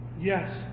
yes